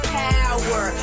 power